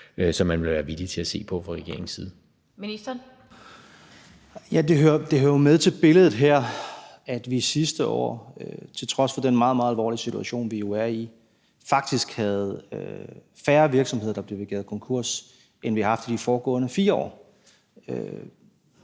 16:34 (Erhvervsministeren) Dan Jørgensen (fg.): Det hører jo med til billedet her, at vi sidste år til trods for den meget, meget alvorlige situation, som vi jo er i, faktisk havde færre virksomheder, der blev begæret konkurs, end vi har haft i de foregående 4 år.